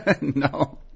No